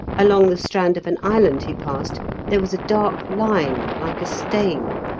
along the strand of an island he passed there was a dark line like a stain,